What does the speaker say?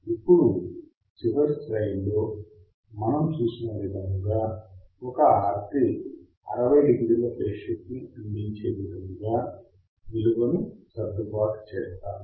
ఇప్పుడు చివరి స్లయిడ్లో మనం చూసిన విధముగా ఒక RC 60 డిగ్రీల ఫేజ్ షిఫ్ట్ ని అందించే విధముగా విలువను సర్దుబాటు చేస్తాము